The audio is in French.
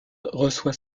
reçoit